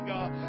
God